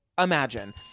imagine